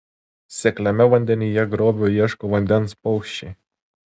sekliame vandenyje grobio ieško vandens paukščiai